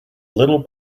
little